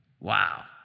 Wow